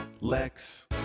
Lex